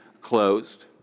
closed